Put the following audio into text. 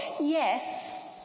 Yes